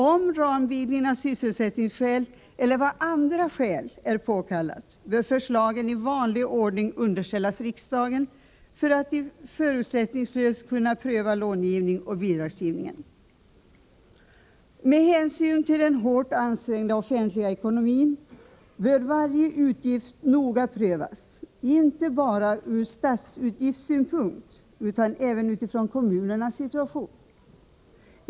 Om ramvidgning av sysselsättningseller andra skäl är påkallad bör förslagen i vanlig ordning underställas riksdagen, så att denna förutsättningslöst kan pröva lånoch bidragsgivningen. Med hänsyn till den hårt ansträngda offentliga ekonomin bör varje utgift noga prövas inte bara från statsutgiftssynpunkt utan även utifrån kommunernas situation.